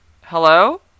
hello